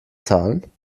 zahlen